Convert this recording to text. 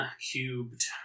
Cubed